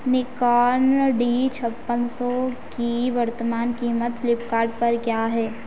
Nikon D छप्पन सौ की वर्तमान क़ीमत फ्लीपकार्ट पर क्या है